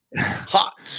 Hot